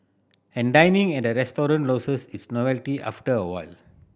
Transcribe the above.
and dining at a restaurant loses its novelty after a while